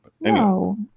No